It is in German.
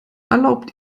erlaubt